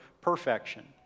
perfection